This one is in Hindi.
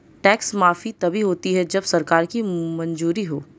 टैक्स माफी तभी होती है जब सरकार की मंजूरी हो